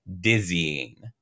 dizzying